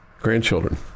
grandchildren